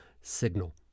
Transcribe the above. signal